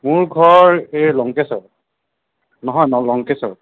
মোৰ ঘৰ এই লংকেশ্বৰ নহয় নগাঁও লংকেশ্বৰ